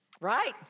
right